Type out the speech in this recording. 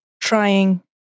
trying